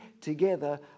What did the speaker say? together